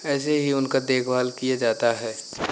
ऐसे ही उनका देखभाल किया जाता है